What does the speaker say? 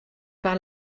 par